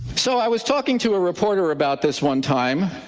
so i was talking to a reporter about this one time,